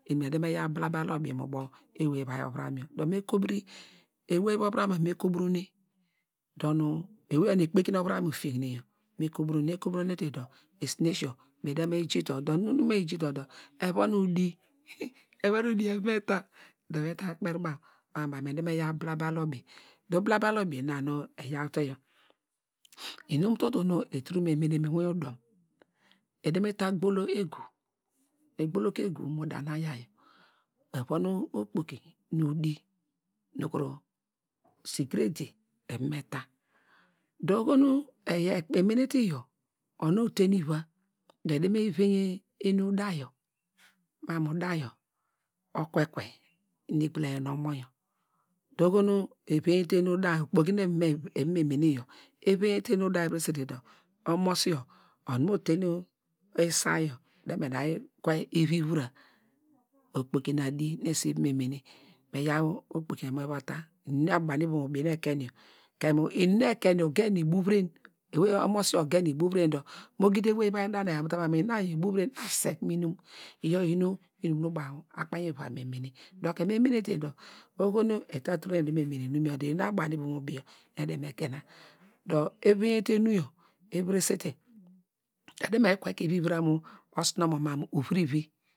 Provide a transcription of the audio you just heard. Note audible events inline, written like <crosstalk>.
Eni eda me yaw ablabal ubi mu ubo ewey uvai ovuram yor dor me kobiri ewey uvai ovuram yor me kobronu dor nu ewey yor nu ekpeki nu ovuram ofiekime yor me kobrone, ekobronete dor esinesio eda me ja uto nu nu me yi ja uto dor evon udi <hesitation> evon udi evam me ta kperi baw mamu baw ede me yi yaw iblabal ubi dor ublabal ubi nina nu eyaw te yor inum tulu nu etulu me mene mu iwin udom, etulu da gbolo egu mu gbolo ke egu mu da nu aya yor evon okpoki nu udi nukuru agrade nu eva me ta do oho nu emene te iyio dor onu ote nu iva ede me venye enu dayo mamu dayo okuekue mu inum nu egbulamanen nu omo yor, dor oho nu evenyete enu dayo, okpoki nu eva me mene iyio yor evenyete enu dayo evirese te dor omosi yor, onu ote isay edame yi kwekwe ivivura, okpoki nu adi nu esu va me mene, me yaw okpokiyo nu va ta inum nu abo bonu ivom ubi nu ekenyo kem mu inum nu ekenyo ugen ibuvren <hesitation> omosi ogen ibuvren dor mu gidi ewey uvai da nu aya mu ta mamu inamu ibuvren asisekume inum iyor iyi nu inum baw akpainy wa yor me mene dor kem emene te dor oho nu eta tul te ba nu me mene inum yor dor inum nu abo banu ivom ubi yor me gena, dor eveyente enu yor eviresete eda me kire kire ivivura mu osinnomo mamu ovirivi nu.